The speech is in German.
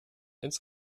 ins